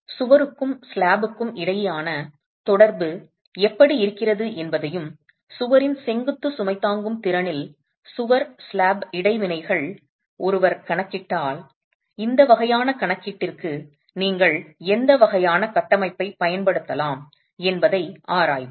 எனவே சுவருக்கும் ஸ்லாப்புக்கும் இடையேயான தொடர்பு எப்படி இருக்கிறது என்பதையும் சுவரின் செங்குத்து சுமை தாங்கும் திறனில் சுவர் ஸ்லாப் இடைவினைகளை ஒருவர் கணக்கிட்டால் இந்த வகையான கணக்கீட்டிற்கு நீங்கள் எந்த வகையான கட்டமைப்பைப் பயன்படுத்தலாம் என்பதை ஆராய்வோம்